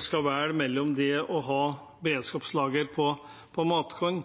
skal velge mellom det og å ha beredskapslager på matkorn,